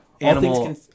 animal –